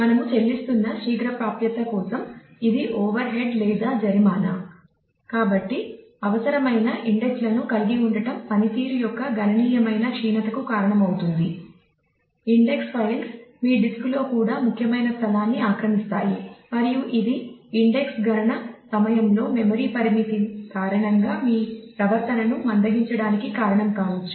మనము చెల్లిస్తున్న శీఘ్ర ప్రాప్యత కోసం ఇది ఓవర్ హెడ్ పరిమితి కారణంగా మీ ప్రవర్తనను మందగించడానికి కారణం కావచ్చు